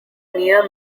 near